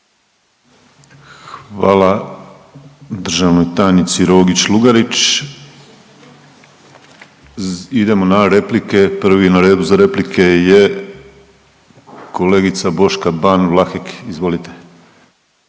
Hvala državnoj tajnici Rogić Lugarić. Idemo na replike, prvi na redu za replike je kolegica Boška Ban Vlahek, izvolite.